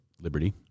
Liberty